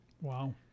Wow